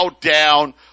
down